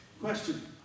Question